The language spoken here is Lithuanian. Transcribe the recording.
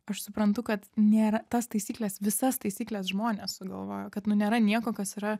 aš suprantu kad nėra tas taisykles visas taisykles žmonės sugalvojo kad nu nėra nieko kas yra